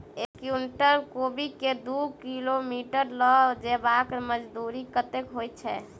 एक कुनटल कोबी केँ दु किलोमीटर लऽ जेबाक मजदूरी कत्ते होइ छै?